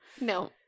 No